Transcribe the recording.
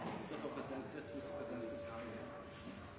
det så